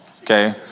okay